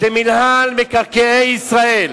שמינהל מקרקעי ישראל